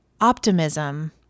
optimism